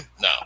No